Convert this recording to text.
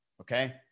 okay